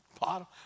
bottom